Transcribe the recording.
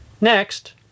Next